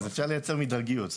אז אפשר לייצר מדרגיות,